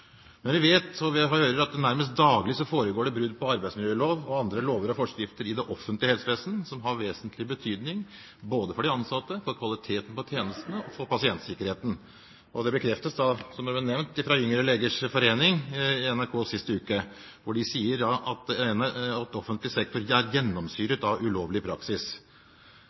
Men vi vet, og vi hører, at det nærmest daglig foregår brudd på arbeidsmiljølov og andre lover og forskrifter i det offentlige helsevesen som har vesentlig betydning både for de ansatte, for kvaliteten på tjenestene og for pasientsikkerheten. Det bekreftes, som det ble nevnt, av Yngre legers forening i NRK sist uke, hvor de sier at offentlig sektor er «gjennomsyret av ulovlig praksis».